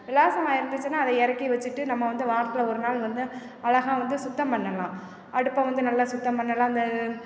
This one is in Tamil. விலாசமாக இருந்துச்சின்னால் அதை இறக்கி வச்சிட்டு நம்ம வந்து வாரத்தில் ஒரு நாள் வந்து அழகாக வந்து சுத்தம் பண்ணலாம் அடுப்பை வந்து நல்லா சுத்தம் பண்ணலாம் அந்த